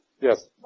Yes